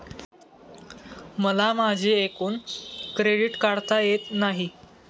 मला माझे एकूण क्रेडिट काढता येत नाही